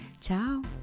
Ciao